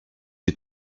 les